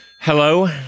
Hello